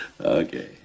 Okay